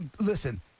Listen